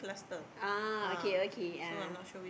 ah okay okay ah